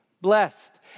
blessed